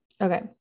Okay